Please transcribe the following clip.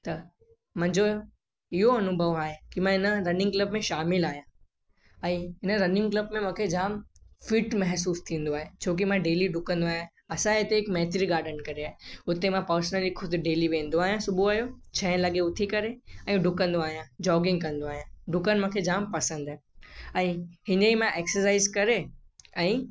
त मुंहिंजो इहो अनुभव आहे की मां हिन रनिंग क्लब में शामिलु आहियां ऐं इन रनिंग क्लब में मूंखे जाम फिट महिसूसु थींदो आहे छोकी मां डेली डुकंदो आहियां असांजे हिते हिकु मैत्री गार्डन करे आहे उते मां पर्सनली ख़ुदि डेली वेंदो आहियां सुबुह जो छह लॻे उथी करे ऐं डुकंदो आहियां जॉगिंग कंदो आहियां डुकणु मूंखे जाम पसंदि आहे ऐं हीअं ई मां एक्सरसाइज़ करे ऐं